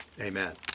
amen